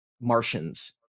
Martians